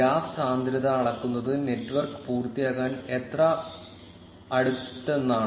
graph സാന്ദ്രത അളക്കുന്നത് network പൂർത്തിയാക്കാൻ എത്ര അടുത്തെന്നാണ്